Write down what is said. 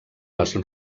les